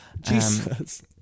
Jesus